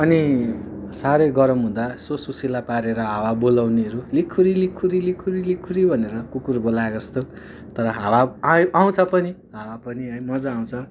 अनि साह्रै गरम हुँदा यसो सुसिला पारेर हावा बोलाउनेहरू लिखुरी लिखुरी लिखुरी लिखुरी भनेर कुकुर बोलाएजस्तो तर हावा आयो आउँछ पनि हावा पनि है मज्जा आउँछ